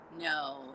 No